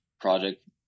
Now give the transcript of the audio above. project